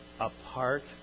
apart